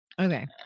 Okay